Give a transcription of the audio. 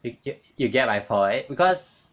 you get you get my point because